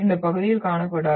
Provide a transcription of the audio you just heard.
இந்த பகுதியில் காணப்படாது